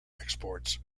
exports